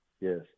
yes